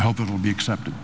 i hope it will be accepted